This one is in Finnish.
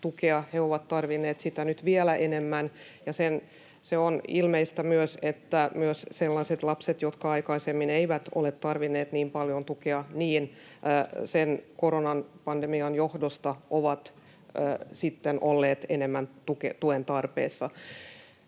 tukea, ovat tarvinneet sitä nyt vielä enemmän, ja on ilmeistä myös, että myös sellaiset lapset, jotka aikaisemmin eivät ole tarvinneet niin paljon tukea, ovat sen koronapandemian johdosta sitten olleet enemmän tuen tarpeessa.